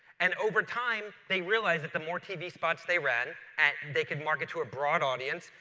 and over time, they realized that the more tv spots they ran and they could market to a broad audience,